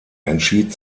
entschied